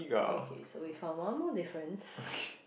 okay so we found one more difference